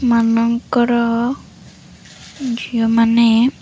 ମାନଙ୍କର ଝିଅମାନେ